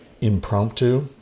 impromptu